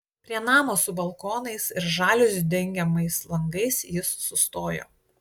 prie namo su balkonais ir žaliuzių dengiamais langais jis sustojo